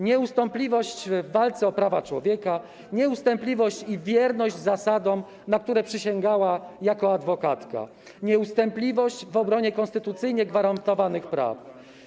Nieustępliwość w walce o prawa człowieka, nieustępliwość i wierność zasadom, na które przysięgała jako adwokatka, nieustępliwość w obronie konstytucyjnie gwarantowanych praw.